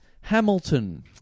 Hamilton